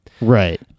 Right